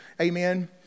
Amen